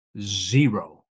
zero